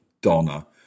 donna